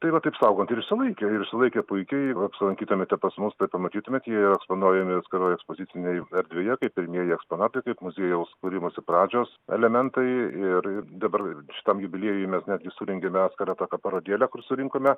tai vat taip saugant ir išsilaikė ir išsilaikė puikiai jeigu apsilankytumėte pas mus tai pamatytumėt jie eksponuojami atskiroj ekspozicinėj erdvėje kaip pirmieji eksponatai kaip muziejaus kūrimosi pradžios elementai ir dabar šitam jubiliejui mes netgi surengėme atskirą tokią parodėlę kur surinkome